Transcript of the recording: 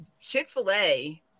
chick-fil-a